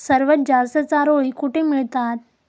सर्वात जास्त चारोळी कुठे मिळतात?